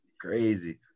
Crazy